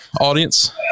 audience